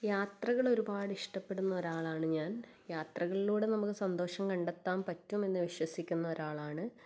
യാത്രകൾ ഒരുപാട് ഇഷ്ട്ടപ്പെടുന്ന ഒരാളാണ് ഞാൻ യാത്രകളിലൂടെ നമുക്ക് സന്തോഷം കണ്ടെത്താൻ പറ്റും എന്ന് വിശ്വസിക്കുന്ന ഒരാളാണ്